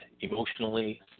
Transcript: emotionally